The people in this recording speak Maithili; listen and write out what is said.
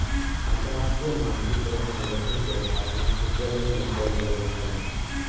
अंतरराष्ट्रीय मानकीकरण संगठन के स्थापना स्विट्ज़रलैंड में कयल गेल छल